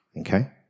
okay